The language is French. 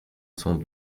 sans